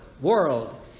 World